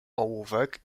ołówek